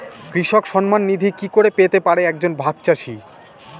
কৃষক সন্মান নিধি কি করে পেতে পারে এক জন ভাগ চাষি?